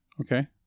Okay